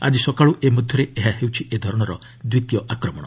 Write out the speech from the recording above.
ଆକି ସକାଳୁ ଏ ମଧ୍ୟରେ ଏହା ହେଉଛି ଏ ଧରଣର ଦ୍ୱିତୀୟ ଆକ୍ରମଣ